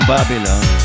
Babylon